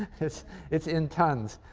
it's it's in tons.